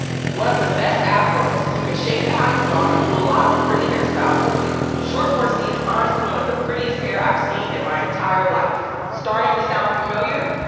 one of the best afros. you can shape how you want and do a lot of pretty hairstyles with it. short four c is honestly one of the prettiest hair i've seen in my entire life. starting to sound familiar?